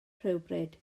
rhywbryd